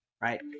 Right